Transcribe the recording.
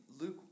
Luke